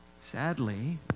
sadly